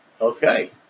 Okay